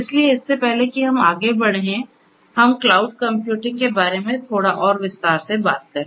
इसलिए इससे पहले कि हम आगे बढ़ें हम क्लाउड कंप्यूटिंग के बारे में थोड़ा और विस्तार से बात करें